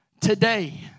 Today